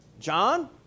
John